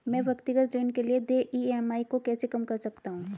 मैं व्यक्तिगत ऋण के लिए देय ई.एम.आई को कैसे कम कर सकता हूँ?